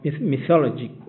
mythology